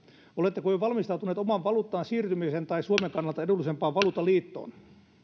oletteko jo valmistautuneet omaan valuuttaan siirtymiseen tai suomen kannalta edullisempaan valuuttaliittoon